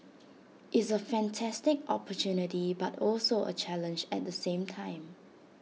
it's A fantastic opportunity but also A challenge at the same time